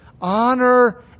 Honor